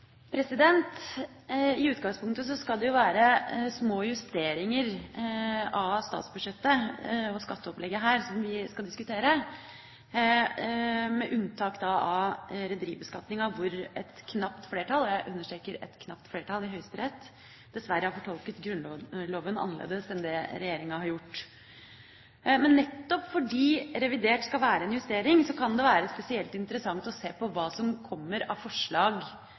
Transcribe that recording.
I utgangspunktet skal det jo være små justeringer av statsbudsjettet og skatteopplegget som vi her skal diskutere, med unntak av rederibeskatninga, hvor et knapt flertall i Høyesterett – jeg understreker et knapt flertall – dessverre har fortolket Grunnloven annerledes enn det regjeringa har gjort. Men nettopp fordi revidert skal være en justering, kan det være spesielt interessant å se på hva som kommer av forslag